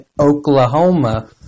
Oklahoma